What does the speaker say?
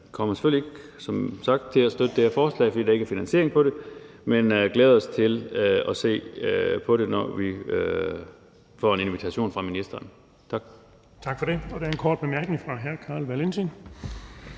som sagt selvfølgelig ikke til at støtte det her forslag, fordi der ikke er finansiering på det. Men vi glæder os til at se på det, når vi får en invitation fra ministeren. Tak. Kl. 11:41 Den fg. formand (Erling